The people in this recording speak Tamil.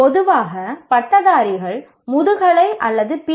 பொதுவாக பட்டதாரிகள் முதுகலை அல்லது பி